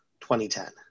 2010